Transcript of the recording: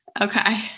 Okay